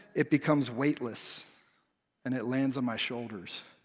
it becomes weightless and it lands on my shoulders.